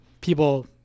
people